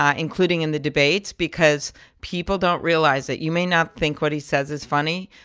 ah including in the debates because people don't realize that you may not think what he says is funny,